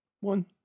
one